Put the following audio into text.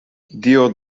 dio